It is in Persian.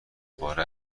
باره